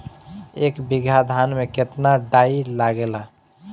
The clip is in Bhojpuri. एक बीगहा धान में केतना डाई लागेला?